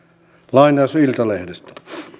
lainaus iltalehdestä